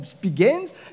begins